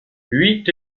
huit